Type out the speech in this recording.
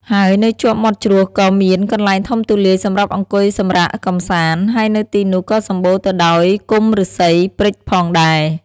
ហើយនៅជាប់មាត់ជ្រោះក៏មានកន្លែងធំទូលាយសម្រាប់អង្គុយសម្រាកកំសាន្ត ហើយនៅទីនោះក៏សម្បូរទៅដោយគុម្ពឬស្សីព្រេចផងដែរ។